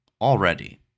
already